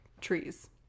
trees